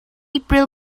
april